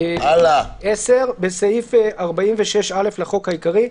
סעיף 46. 10."בסעיף 46(א) לחוק העיקרי,